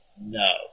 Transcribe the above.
no